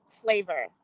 flavor